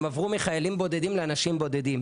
הם עברו מחיילים בודדים לאנשים בודדים,